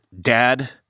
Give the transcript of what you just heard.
dad